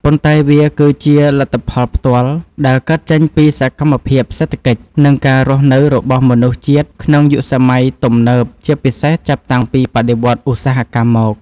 ប៉ុន្តែវាគឺជាលទ្ធផលផ្ទាល់ដែលកើតចេញពីសកម្មភាពសេដ្ឋកិច្ច និងការរស់នៅរបស់មនុស្សជាតិក្នុងយុគសម័យទំនើប ជាពិសេសចាប់តាំងពីបដិវត្តន៍ឧស្សាហកម្មមក។